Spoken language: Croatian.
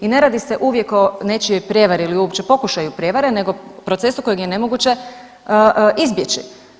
I ne radi uvijek o nečijoj prijevari ili uopće pokušaju prijevare nego procesu kojeg je nemoguće izbjeći.